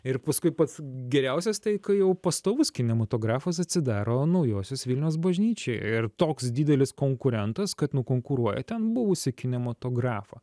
ir paskui pats geriausias tai kai jau pastovus kinematografas atsidaro naujosios vilnios bažnyčioj ir toks didelis konkurentas kad nukonkuruoja ten buvusį kinematografą